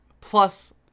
Plus